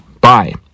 Bye